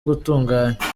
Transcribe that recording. gutunganya